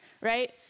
right